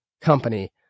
company